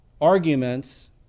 arguments